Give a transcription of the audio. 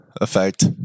effect